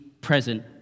present